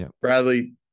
Bradley